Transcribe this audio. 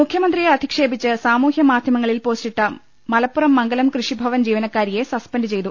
മുഖ്യമന്ത്രിയെ അധിക്ഷേപിച്ച് സാമൂഹ്യമാധ്യമങ്ങളിൽ പോസ്റ്റിട്ട മലപ്പുറം മംഗലം കൃഷിഭവൻ ജീവനക്കാരിയെ സസ്പെന്റ് ചെയ്തു